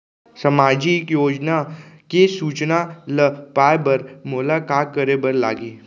सामाजिक योजना के सूचना ल पाए बर मोला का करे बर लागही?